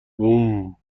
بوووم